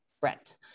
Brent